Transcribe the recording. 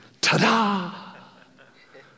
ta-da